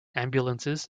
ambulances